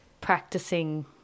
practicing